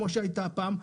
כמו שהיה פעם.